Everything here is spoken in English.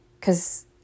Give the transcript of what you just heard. cause